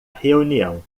reunião